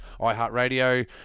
iHeartRadio